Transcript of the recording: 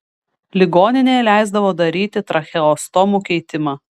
ligoninėje leisdavo daryti tracheostomų keitimą